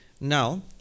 Now